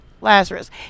Lazarus